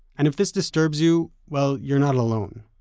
and if this disturbs you, well, you're not alone.